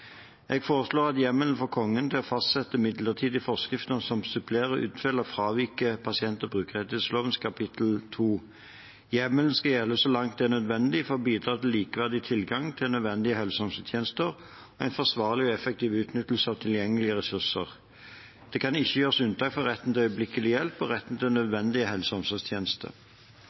Jeg foreslår hjemmel for Kongen til å fastsette midlertidige forskrifter som supplerer, utfyller eller fraviker pasient- og brukerettighetsloven kapittel 2. Hjemmelen skal gjelde så langt det er nødvendig for å bidra til likeverdig tilgang til nødvendige helse- og omsorgstjenester, med en forsvarlig og effektiv utnyttelse av tilgjengelige ressurser. Det kan ikke gjøres unntak for retten til øyeblikkelig hjelp og retten til nødvendige helse- og omsorgstjenester.